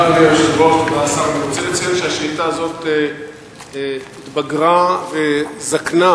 אני רוצה לציין שהשאילתא הזאת התבגרה וזקנה